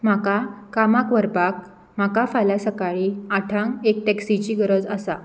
म्हाका कामाक व्हरपाक म्हाका फाल्यां सकाळी आठांक एक टॅक्सिची गरज आसा